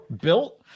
built